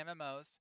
MMOs